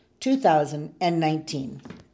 2019